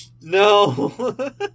No